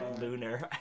lunar